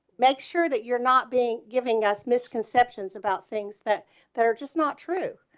make sure that you're not being giving us misconceptions about things that that are just not true,